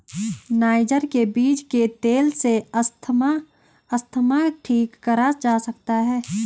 niger के बीज के तेल से अस्थमा ठीक करा जा सकता है